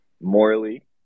morally